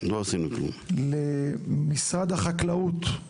למשרד החקלאות,